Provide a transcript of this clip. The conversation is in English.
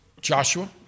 Joshua